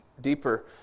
deeper